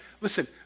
Listen